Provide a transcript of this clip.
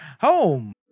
home